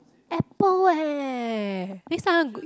Apple eh next time I go